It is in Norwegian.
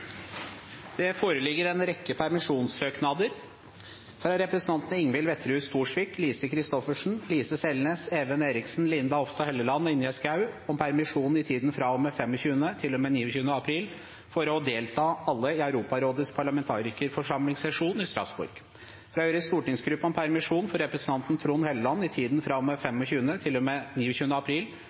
Det foreligger en rekke permisjonssøknader: – fra representantene Ingvild Wetrhus Thorsvik, Lise Christoffersen, Lise Selnes, Even Eriksen, Linda Hofstad Helleland og Ingjerd Schou om permisjon i tiden fra og med 25. til og med 29. april – alle for delta i Europarådets parlamentarikerforsamlings sesjon i Strasbourg. – fra Høyres stortingsgruppe om permisjon for representanten Trond Helleland i tiden fra og med 25. til og med 29. april